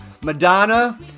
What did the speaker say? Madonna